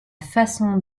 façon